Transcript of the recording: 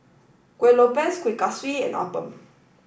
Kuih Lopes Kuih Kaswi and Appam